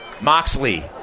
Moxley